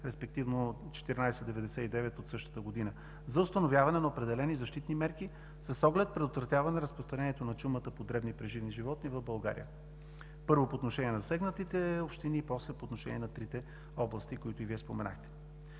респективно 1499 от същата година за установяване на определени защитни мерки, с оглед предотвратяване на разпространението на чумата по дребни преживни животни в България – първо, по отношение на засегнатите общини, след това по отношение на трите области, които споменахте.